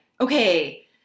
okay